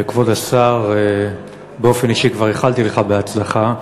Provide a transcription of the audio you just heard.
כבוד השר, באופן אישי כבר איחלתי לך בהצלחה.